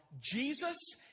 Jesus